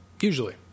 Usually